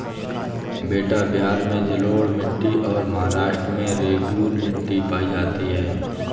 बेटा बिहार में जलोढ़ मिट्टी और महाराष्ट्र में रेगूर मिट्टी पाई जाती है